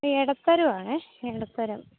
ഇടത്തരമാണ് ഇടത്തരം